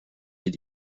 des